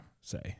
say